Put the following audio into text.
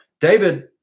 David